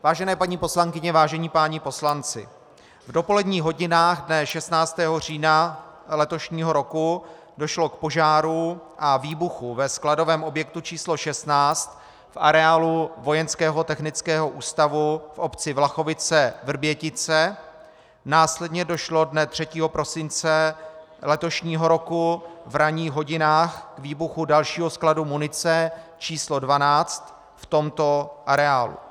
Vážené paní poslankyně, vážení páni poslanci, v dopoledních hodinách dne 16. října letošního roku došlo k požáru a výbuchu ve skladovém objektu číslo 16 v areálu Vojenského technického ústavu v obci VlachoviceVrbětice, následně došlo dne 3. prosince letošního roku v ranních hodinách k výbuchu dalšího skladu munice číslo 12 v tomto areálu.